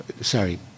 sorry